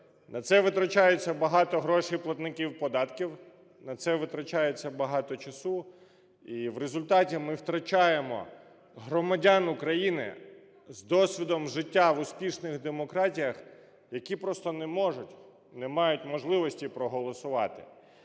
На це витрачається багато грошей платників податків, на це витрачається багато часу, і в результаті ми втрачаємо громадян України з досвідом життя в успішних демократіях, які просто не можуть, не мають можливості проголосувати.